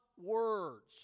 words